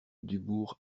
dubourg